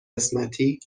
قسمتی